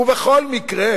ובכל מקרה,